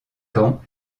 camp